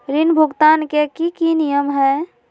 ऋण भुगतान के की की नियम है?